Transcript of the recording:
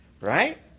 Right